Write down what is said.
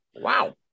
Wow